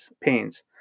pains